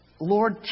Lord